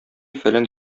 фәлән